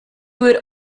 would